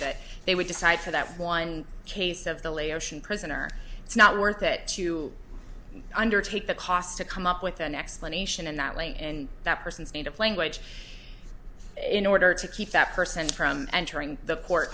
that they would decide for that one case of the laotian prisoner it's not worth that to undertake the cost to come up with an explanation in that way and that person's native language in order to keep that person from entering the court